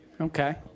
Okay